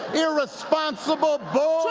irresponsible bull